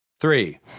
Three